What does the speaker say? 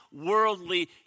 worldly